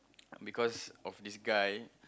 because of this guy